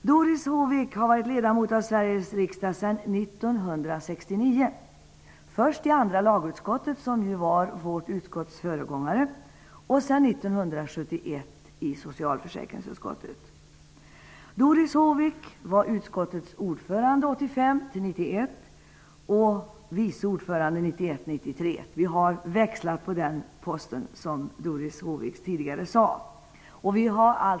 Doris Håvik har varit ledamot av Sveriges riksdag sedan 1969, först i andra lagutskottet, som ju var vårt utskotts föregångare, och sedan 1971 i socialförsäkringsutskottet. Doris Håvik var utskottets ordförande åren 1985--1991 och vice ordförande åren 1991--1993. Vi har, som Doris Håvik tidigare sade, växlat på den posten.